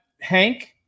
Hank